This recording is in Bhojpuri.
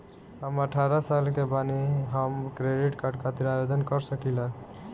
हम अठारह साल के बानी हम क्रेडिट कार्ड खातिर आवेदन कर सकीला?